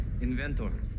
inventor